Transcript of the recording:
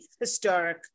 historic